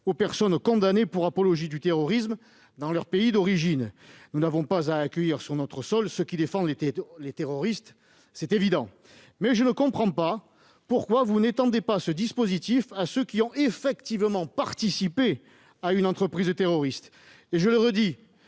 aux personnes condamnées pour apologie du terrorisme dans leur pays d'origine. Nous n'avons pas à accueillir sur notre sol ceux qui défendent les terroristes, c'est évident. Mais je ne comprends pas pourquoi vous n'étendez pas ce dispositif à ceux qui ont effectivement participé à une entreprise terroriste. Je le redis,